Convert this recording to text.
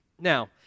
Now